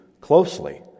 closely